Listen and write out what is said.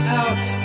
out